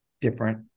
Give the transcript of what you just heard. different